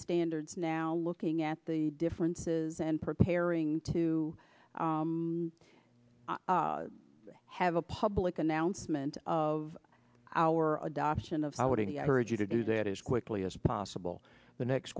standards now looking at the differences and preparing to have a public announcement of our adoption of how ready i heard you to do that as quickly as possible the next